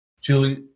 Julie